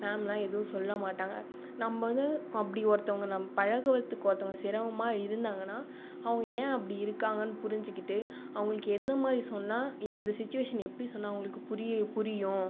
மேம்லாம் எதுவும் சொல்ல மாட்டாங்கள் நம்ப வந்து அப்படி ஒருத்தவங்கள் நம் பழகுவதற்கு ஒருத்தவங்கள் சிரமமாக இருந்தாங்கன்னால் அவங்க ஏன் அப்படி இருக்காங்கன்னு புரிஞ்சுக்கிட்டு அவங்களுக்கு எந்தமாதிரி சொன்னால் எந்த சிச்சிவேஷன் எப்படி சொன்னால் அவங்களுக்கு புரி புரியும்